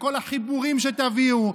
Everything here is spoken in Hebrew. וכל החיבורים שתביאו,